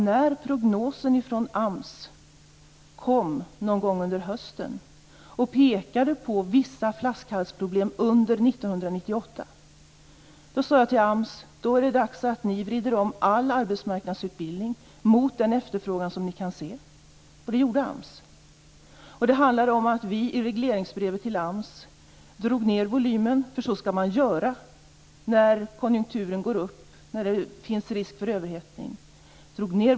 När prognosen från AMS kom någon gång under hösten, där man pekade på vissa flaskhalsproblem under 1998, sade jag till AMS: Det är dags att ni vrider om all arbetsmarknadsutbildning mot den efterfrågan som ni kan se. Det gjorde AMS. Vidare: I regleringsbrevet till AMS drog vi ned volymen, för så skall man göra när konjunkturen går upp och det finns en risk för överhettning.